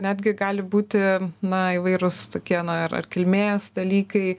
netgi gali būti na įvairūs tokie na ar kilmės dalykai